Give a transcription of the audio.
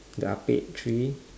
the ah pek three